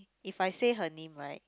if I say her name right